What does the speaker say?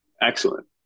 Excellent